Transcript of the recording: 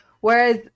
whereas